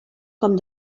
com